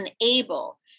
unable